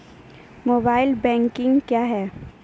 Mobile banking क्या हैं?